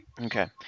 Okay